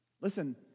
Listen